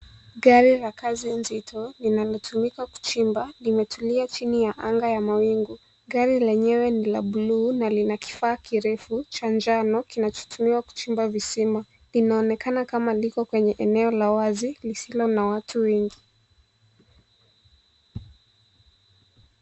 Gari la kazi nzito, linalotumika kuchimba, limetulia chini ya anga ya mawingu. Gari lenyewe ni la buluu na lina kifaa kirefu, cha njano, kinachotumiwa kuchimba visima. Linaonekana kama liko kwenye eneo la wazi, lisilo na watu wengi.